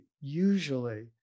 usually